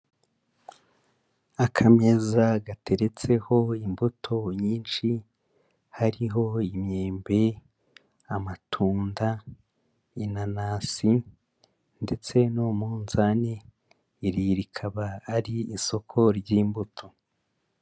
Akameza gateretseho imbuto nyinshi, hariho imyembe, amatunda, inanasi ndetse n'umunzani, iri rikaba ari isoko ry'imbuto.